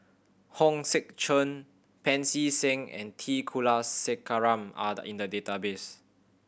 Hong Sek Chern Pancy Seng and T Kulasekaram are in the database